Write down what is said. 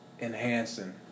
enhancing